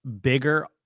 bigger